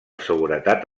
seguretat